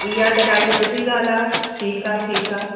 इया त ॾाढी सुठी ॻाल्हि आहे ठीकु आहे ठीकु आहे